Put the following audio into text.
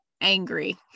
angry